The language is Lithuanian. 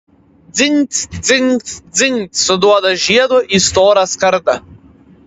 dzingt dzingt dzingt suduoda žiedu į storą skardą